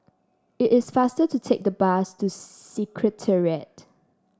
it is faster to take the bus to Secretariat